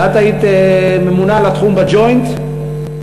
כשאת היית ממונה על התחום ב"ג'וינט ישראל",